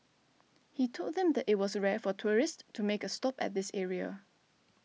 he told them that it was rare for tourists to make a stop at this area